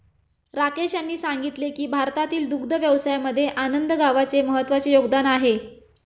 राकेश यांनी सांगितले की भारतातील दुग्ध व्यवसायामध्ये आनंद गावाचे महत्त्वाचे योगदान आहे